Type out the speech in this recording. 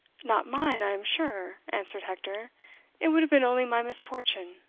not mine, i am sure, answered hector it would have been only my misfortune.